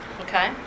Okay